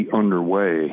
underway